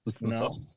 No